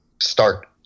start